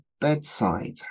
bedside